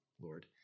Lord